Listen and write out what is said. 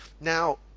Now